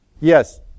Yes